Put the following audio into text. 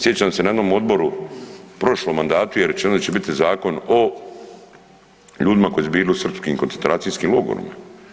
Sjećam se na jednom odboru u prošlom mandatu je rečeno da će biti zakon o ljudima koji su bili u srpskim koncentracijskim logorima.